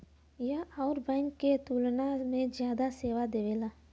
यह अउर बैंक के तुलना में जादा सेवा देवेला